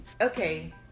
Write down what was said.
okay